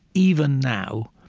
even now,